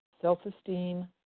self-esteem